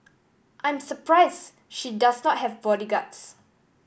I'm surprise she does not have bodyguards